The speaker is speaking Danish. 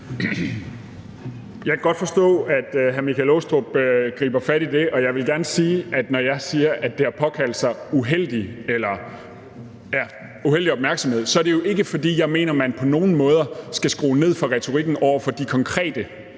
Jeg kan godt forstå, at hr. Michael Aastrup Jensen griber fat i det, og jeg vil gerne sige, at når jeg siger, at det har påkaldt sig uheldig opmærksomhed, er det jo ikke, fordi jeg mener, at man på nogen måder skal skrue ned for retorikken over for de konkrete